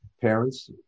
parents